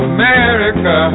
America